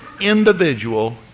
individual